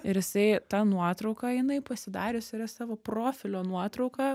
ir jisai tą nuotrauką jinai pasidarius yra savo profilio nuotrauką